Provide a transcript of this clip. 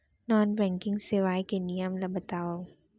Non banking सेवाएं के नियम ला बतावव?